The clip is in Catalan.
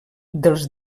dels